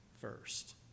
first